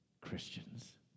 Christians